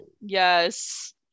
Yes